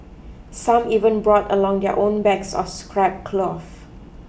some even brought along their own bags of scrap cloth